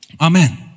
Amen